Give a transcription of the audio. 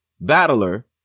battler